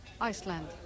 Iceland